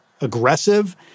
aggressive